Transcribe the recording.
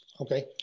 Okay